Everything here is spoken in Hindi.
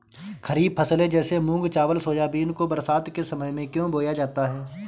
खरीफ फसले जैसे मूंग चावल सोयाबीन को बरसात के समय में क्यो बोया जाता है?